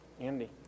Andy